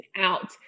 out